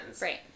Right